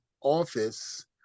office